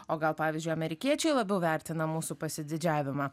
o gal pavyzdžiui amerikiečiai labiau vertina mūsų pasididžiavimą